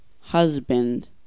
Husband